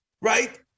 right